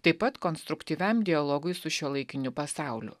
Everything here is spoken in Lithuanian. taip pat konstruktyviam dialogui su šiuolaikiniu pasauliu